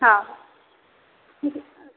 हां